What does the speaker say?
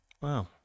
Wow